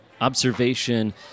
observation